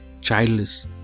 childless